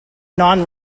non